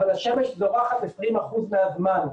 אבל השמש זורחת 20 אחוזים מהזמן.